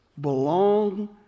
Belong